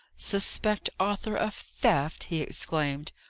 suspect arthur of theft! he exclaimed.